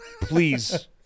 please